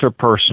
interpersonal